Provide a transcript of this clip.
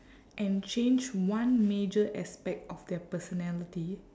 and change one major aspect of their personality